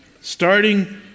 Starting